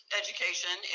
education